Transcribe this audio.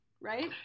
right